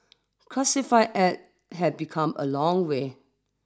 classified ads have become a long way